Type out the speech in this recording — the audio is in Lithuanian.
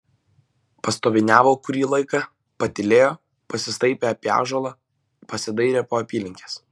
pastoviniavo kurį laiką patylėjo pasistaipė apie ąžuolą pasidairė po apylinkes